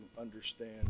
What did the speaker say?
understand